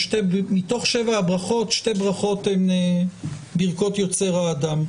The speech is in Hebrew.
מתוך 7 הברכות שתי ברכות הן ברכות יוצר האדם,